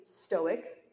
stoic